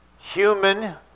human